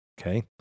okay